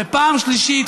ופעם שלישית,